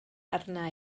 arna